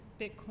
Bitcoin